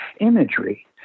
Imagery